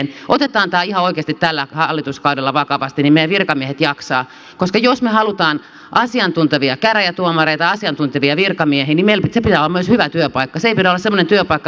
otetaan tämä ihan oikeasti tällä hallituskaudella vakavasti niin että meidän virkamiehet jaksavat koska jos me haluamme asiantuntevia käräjätuomareita asiantuntevia virkamiehiä niin sen pitää olla myös hyvä työpaikka